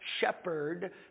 shepherd